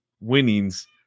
winnings